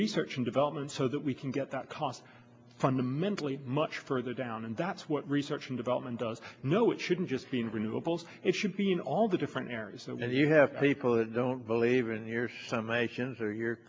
research and development so that we can get that cost fundamentally much further down and that's what research and development does no it shouldn't just seen renewables it should be in all the different areas and you have people that don't believe in your